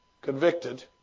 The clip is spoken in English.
Convicted